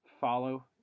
Follow